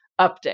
update